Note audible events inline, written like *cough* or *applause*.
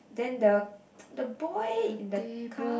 then the *noise* the boy in the car